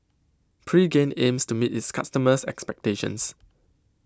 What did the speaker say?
Pregain aims to meet its customers' expectations